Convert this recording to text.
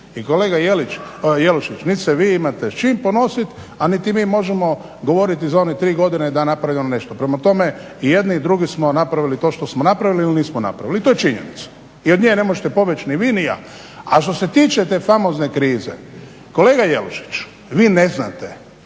I kolega Jelušić niti se vi imate s čime ponositi a niti mi možemo govoriti za one tri godine da je napravljeno nešto. Prema tome, i jedni i drugi smo napraviti to što smo napravili ili nismo napravili i to je činjenica. I od nje ne možete pobjeći ni vi ni ja. A što se tiče te famozne krize, kolega Jelušiću vi ne znate